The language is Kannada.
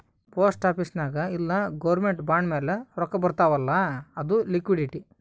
ಪೋಸ್ಟ್ ಆಫೀಸ್ ನಾಗ್ ಇಲ್ಲ ಗೌರ್ಮೆಂಟ್ದು ಬಾಂಡ್ ಮ್ಯಾಲ ರೊಕ್ಕಾ ಬರ್ತಾವ್ ಅಲ್ಲ ಅದು ಲಿಕ್ವಿಡಿಟಿ